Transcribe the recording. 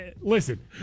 listen